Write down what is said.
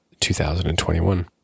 2021